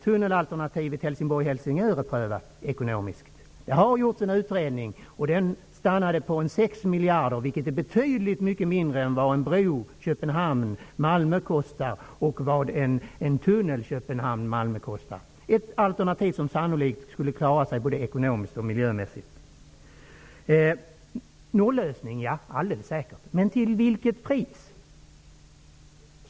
Helsingör, Georg Andersson, är inte ekonomiskt prövat. Det har gjorts en utredning. Den kom fram till 6 miljarder. Det är mycket mindre än vad det skulle kosta med en bro eller en tunnel mellan Köpenhamn och Malmö. Det är ett alternativ som sannolikt skulle klara sig både ekonomiskt och miljömässigt. Det är riktigt att det kan vara en nollösning. Men till vilket pris?